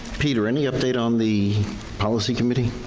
peter, any update on the policy committee?